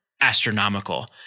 astronomical